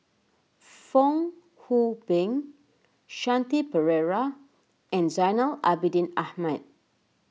Fong Hoe Beng Shanti Pereira and Zainal Abidin Ahmad